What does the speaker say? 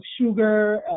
sugar